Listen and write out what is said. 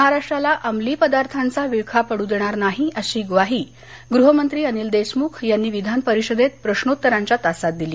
महाराष्ट्राला अंमली पदार्थांचा विळखा पड़ु देणार नाही अशी ग्वाही गृहमंत्री अनिल देशमुख यांनी विधानपरिषदेत प्रश्नोत्तराच्या तासात दिली